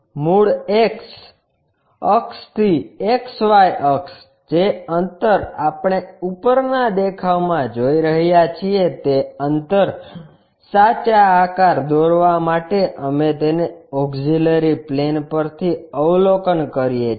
મૂળ X અક્ષથી XY અક્ષ જે અંતર આપણે ઉપરનાં દેખાવમાં જોઈ રહ્યા છીએ તે અંતર સાચા આકાર દોરવા માટે અમે તેને ઓક્ષીલરી પ્લેન પરથી અવલોકન કરીએ છીએ